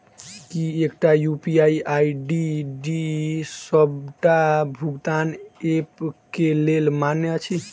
की एकटा UPI ID डी सबटा भुगतान ऐप केँ लेल मान्य अछि?